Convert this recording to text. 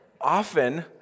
often